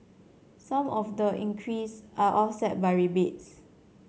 some of the increase are offset by rebates